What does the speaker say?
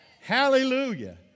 Hallelujah